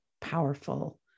powerful